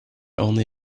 only